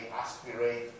aspirate